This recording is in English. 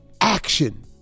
action